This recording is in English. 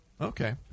Okay